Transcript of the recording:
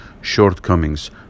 shortcomings